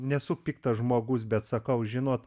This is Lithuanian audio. nesu piktas žmogus bet sakau žinot